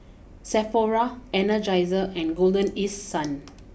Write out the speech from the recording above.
Sephora Energizer and Golden East Sun